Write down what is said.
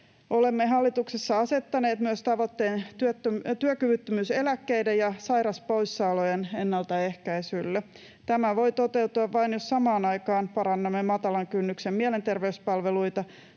Olemme hallituksessa asettaneet myös tavoitteen työkyvyttömyyseläkkeiden ja sairauspoissaolojen ennaltaehkäisylle. Tämä voi toteutua vain, jos samaan aikaan parannamme matalan kynnyksen mielenterveyspalveluita,